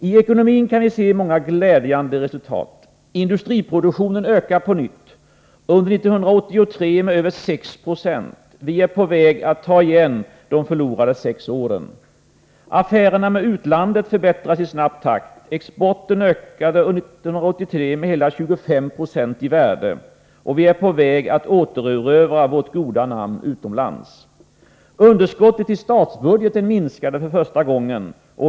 Tekonomin kan vi se många glädjande resultat. Industriproduktionen ökar på nytt, under 1983 med över 6 90. Vi är på väg att ta igen de förlorade sex åren. Affärerna med utlandet förbättras i snabb takt. Exporten ökade år 1983 med hela 25 40 i värde. Vi är på väg att återerövra vårt goda namn utomlands. Underskottet i statsbudgeten minskade för första gången.